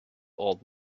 old